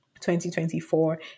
2024